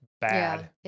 bad